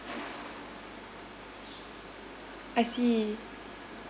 I see